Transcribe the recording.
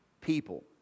people